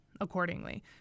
accordingly